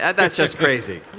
and that's just crazy,